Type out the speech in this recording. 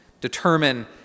determine